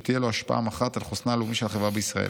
שתהיה לו השפעה מכרעת על חוסנה הלאומי של החברה בישראל.